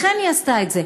לכן היא עשתה את זה.